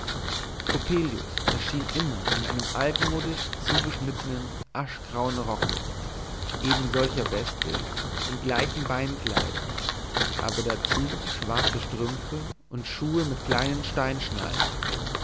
coppelius erschien immer in einem altmodisch zugeschnittenen aschgrauen rocke eben solcher weste und gleichen beinkleidern aber dazu schwarze strümpfe und schuhe mit kleinen